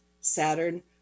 Saturn